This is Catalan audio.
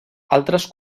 altres